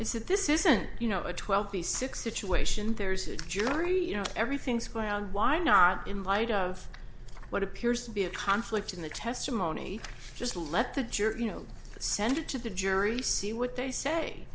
that this isn't you know a twelve b six situation there's a jury you know everything's going on why not in light of what appears to be a conflict in the testimony just let the jury you know send it to the jury see what they say